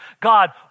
God